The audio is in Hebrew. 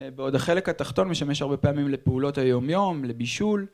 בעוד החלק התחתון משמש הרבה פעמים לפעולות היומיום, לבישול,